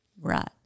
Right